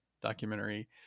documentary